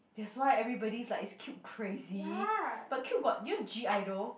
that's why everybody is like is Cube crazy but Cube got you know G-idle